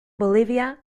bolivia